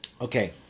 Okay